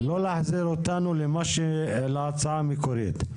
לא להחזיר אותנו להצעה המקורית.